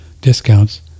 discounts